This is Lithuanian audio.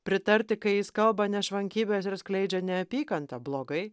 pritarti kai jis kalba nešvankybes ir skleidžia neapykantą blogai